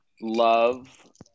love